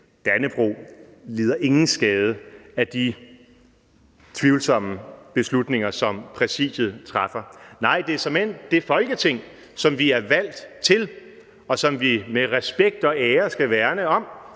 Dannebrog lider ingen skade af de tvivlsomme beslutninger, som Præsidiet træffer. Nej, det er såmænd det Folketing, som vi er valgt til, og som vi med respekt og ære skal værne om,